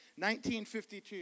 1952